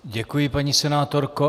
Děkuji, paní senátorko.